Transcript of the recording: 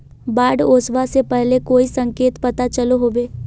बाढ़ ओसबा से पहले कोई संकेत पता चलो होबे?